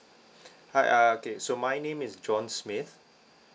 hi uh okay so my name is john smith